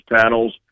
panels